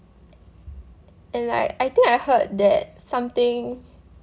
and like I think I heard that something